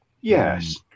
Yes